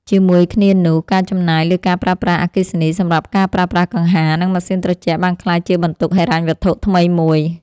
ជាមួយគ្នានោះ ការចំណាយលើការប្រើប្រាស់អគ្គិសនីសម្រាប់ការប្រើប្រាស់កង្ហារ និងម៉ាស៊ីនត្រជាក់បានក្លាយជាបន្ទុកហិរញ្ញវត្ថុថ្មីមួយ។